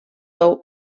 tou